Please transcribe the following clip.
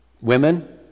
Women